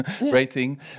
rating